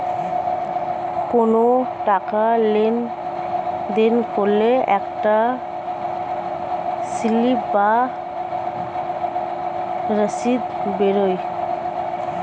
কোনো টাকা লেনদেন করলে একটা স্লিপ বা রসিদ বেরোয়